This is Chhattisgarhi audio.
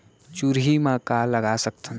चुहरी म का लगा सकथन?